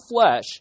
flesh